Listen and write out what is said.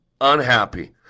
Unhappy